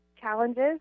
challenges